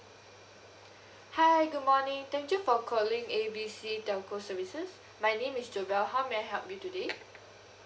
hi good morning thank you for calling A B C telco services my name is debra how may I help you today